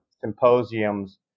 symposiums